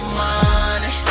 money